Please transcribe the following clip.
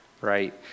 right